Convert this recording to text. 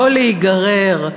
לא להיגרר,